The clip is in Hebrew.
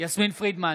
יסמין פרידמן,